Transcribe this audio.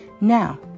Now